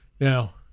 Now